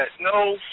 no